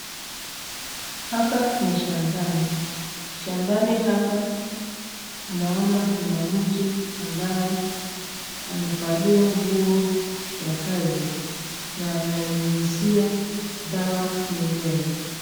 Hapa ni shambani. Shambani hapa tunaona kuna mtu ambaye amevalia nguo ya kazi na ananyunyuzia dawa mimea.